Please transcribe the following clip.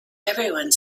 everyone